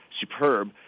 superb